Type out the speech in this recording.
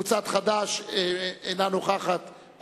קבוצת חד"ש, אינה נוכחת.